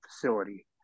facility